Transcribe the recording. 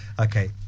Okay